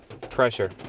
pressure